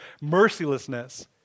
mercilessness